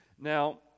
Now